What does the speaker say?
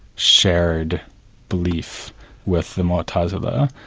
shared belief with the mu'tazila.